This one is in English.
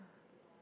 <S?